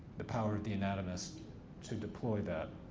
the power of the anatomist to deploy that.